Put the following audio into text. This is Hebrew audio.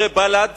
חברי בל"ד